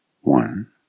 One